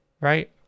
right